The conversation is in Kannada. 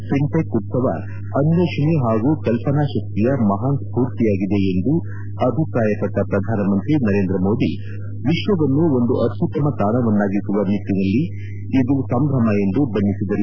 ಫಿನ್ಟೆಕ್ ಉತ್ತವ ಅನ್ನೇಷಣೆ ಹಾಗೂ ಕಲ್ಪನಾ ಶಕ್ತಿಯ ಮಹಾನ್ ಸ್ವೂರ್ತಿಯಾಗಿದೆ ಎಂದು ಅಭಿಪ್ರಾಯಪಟ್ಟ ಪ್ರಧಾನ ಮಂತ್ರಿ ಮೋದಿ ವಿಶ್ವವನ್ನು ಒಂದು ಅತ್ಯುತ್ತಮ ತಾಣವನ್ನಾಗಿಸುವ ನಿಟ್ಟನ ಸಂಭ್ರಮ ಎಂದು ಬಣ್ಣಿಸಿದರು